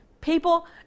People